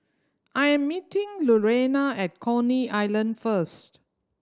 I am meeting Lurena at Coney Island first